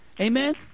Amen